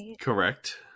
Correct